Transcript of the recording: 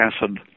acid